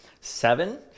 Seven